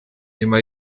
nyuma